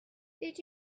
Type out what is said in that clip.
did